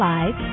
Live